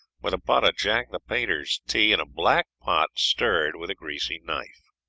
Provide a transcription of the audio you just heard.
with a pot of jack the painter's tea, in a black pot stirred with a greasy knife.